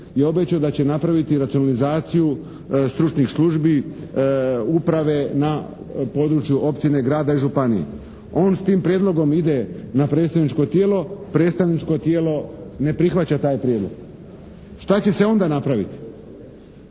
je obećao da će napraviti racionalizaciju stručnih službi, uprave na području općine, grada i županije. On s tim prijedlogom ide na predstavničko tijelo, predstavničko tijelo ne prihvaća taj prijedlog. Šta će se onda napraviti?